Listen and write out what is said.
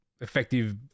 Effective